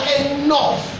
enough